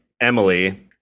Emily